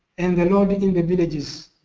and the load in the villages